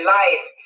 life